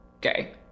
gay